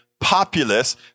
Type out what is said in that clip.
populace